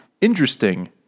Interesting